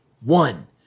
One